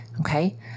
Okay